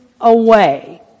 away